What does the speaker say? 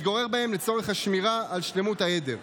ממקום היישוב להתגורר בשטחי המרעה בסמוך לעדר.